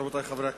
רבותי חברי הכנסת,